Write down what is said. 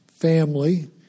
family